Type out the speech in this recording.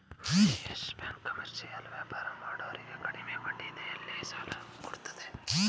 Yes Bank commercial ವ್ಯಾಪಾರ ಮಾಡೋರಿಗೆ ಕಡಿಮೆ ಬಡ್ಡಿಯಲ್ಲಿ ಸಾಲ ಕೊಡತ್ತದೆ